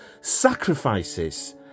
sacrifices